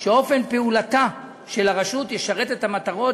שאופן פעולתה של הרשות ישרת את המטרות